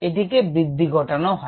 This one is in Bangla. এটিকে বৃদ্ধি ঘটানো হয়